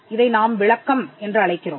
இதை நாம் விளக்கம் என்று அழைக்கிறோம்